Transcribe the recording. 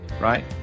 right